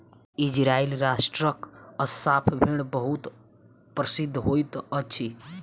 Israel राष्ट्रक Assaf भेड़ बहुत प्रसिद्ध होइत अछि